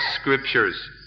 scriptures